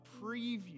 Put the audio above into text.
preview